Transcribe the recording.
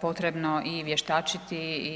potrebno i vještačiti.